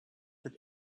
that